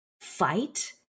fight